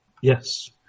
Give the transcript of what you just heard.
Yes